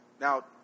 Now